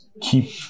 keep